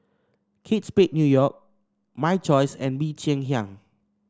Kate Spade New York My Choice and Bee Cheng Hiang